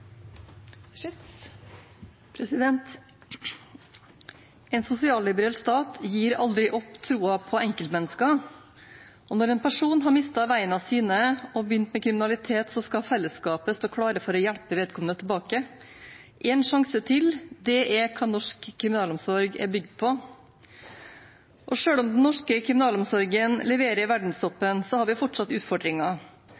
En sosialliberal stat gir aldri opp troen på enkeltmennesker. Når en person har mistet veien av syne og begynt med kriminalitet, skal fellesskapet stå klart for å hjelpe vedkommende tilbake. En sjanse til er hva norsk kriminalomsorg er bygd på, og selv om den norske kriminalomsorgen leverer i